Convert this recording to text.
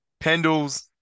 Pendles